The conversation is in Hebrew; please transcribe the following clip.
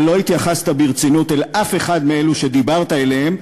אבל לא התייחסת ברצינות לאף אחד מאלו שדיברת אליהם.